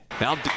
Now